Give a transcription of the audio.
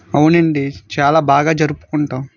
అవునండి చాలా బాగా జరుపుకుంటాం